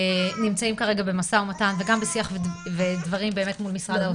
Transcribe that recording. נמצאים כרגע במשא ומתן וגם בשיח ודברים באמת מול משרד האוצר.